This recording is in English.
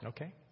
Okay